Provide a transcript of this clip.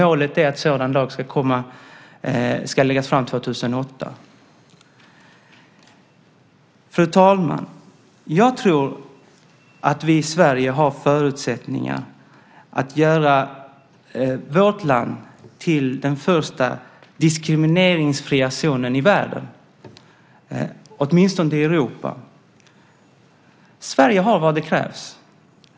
Målet är att ett sådant lagförslag ska läggas fram 2008. Fru talman! Jag tror att vi i Sverige har förutsättningar att göra vårt land till den första diskrimineringsfria zonen i världen, åtminstone i Europa. Sverige har det som krävs.